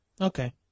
Okay